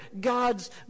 gods